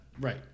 Right